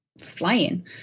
flying